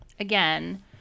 Again